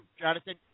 Jonathan